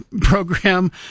Program